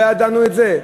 לא ידענו את זה?